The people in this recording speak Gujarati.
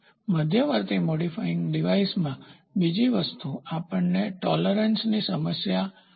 મધ્યવર્તી મોડિફાઇંગ ડિવાઇસમાં બીજી વસ્તુ આપણને ટોલેરન્સ સહનશીલતાની સમસ્યા હશે